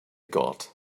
got